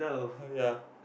ah ya